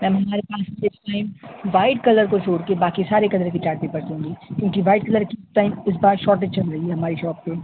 میم ہمارے پاس ہے اِس ٹائم وائٹ کلر کو چھوڑ کے باقی سارے کلر کے چارٹ پیپرس ہوں گے کیونکہ وائٹ کلر کی اِس ٹائم اِس بار شارٹج چل رہی ہے ہمارے شاپ پہ